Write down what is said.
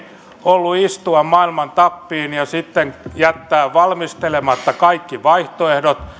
ollut istua maailman tappiin ja sitten jättää valmistelematta kaikki vaihtoehdot ja